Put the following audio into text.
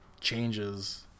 changes